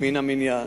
מן המניין.